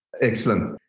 Excellent